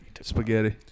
spaghetti